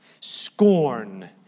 scorn